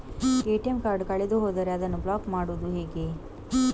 ATM card ಕಳೆದು ಹೋದರೆ ಅದನ್ನು ಬ್ಲಾಕ್ ಮಾಡುವುದು ಹೇಗೆ?